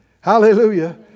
Hallelujah